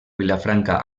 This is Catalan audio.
vilafranca